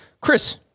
Chris